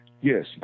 Yes